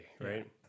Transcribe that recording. right